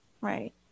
right